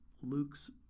Luke's